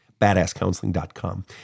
Badasscounseling.com